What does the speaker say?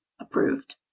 approved